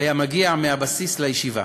היה מגיע מהבסיס לישיבה.